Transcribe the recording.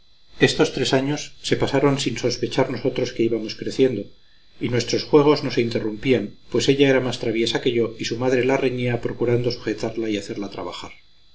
estos tres años se pasaron sin sospechar nosotros que íbamos creciendo y nuestros juegos no se interrumpían pues ella era más traviesa que yo y su madre la reñía procurando sujetarla y hacerla trabajar